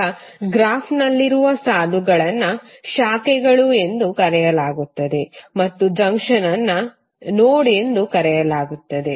ಈಗ ಗ್ರಾಫ್ನಲ್ಲಿರುವ ಸಾಲುಗಳನ್ನು ಶಾಖೆಗಳು ಎಂದು ಕರೆಯಲಾಗುತ್ತದೆ ಮತ್ತು ಜಂಕ್ಷನ್ ಅನ್ನು ನೋಡ್ ಎಂದು ಕರೆಯಲಾಗುತ್ತದೆ